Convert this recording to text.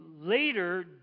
later